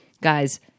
guys